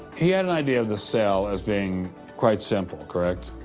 he had an idea of the cell as being quite simple, correct?